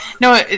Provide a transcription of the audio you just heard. no